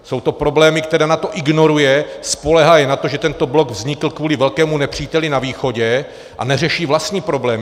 Jsou to problémy, které NATO ignoruje, spoléhá jen na to, že tento blok vznikl kvůli velkému nepříteli na východě, a neřeší vlastní problémy.